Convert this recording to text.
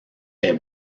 est